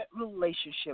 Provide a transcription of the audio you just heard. relationship